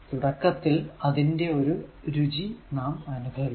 തുടക്കത്തിൽ അതിന്റെ ഒരു രുചി നാം അനുഭവിക്കും